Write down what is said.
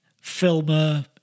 filmer